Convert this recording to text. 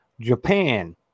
japan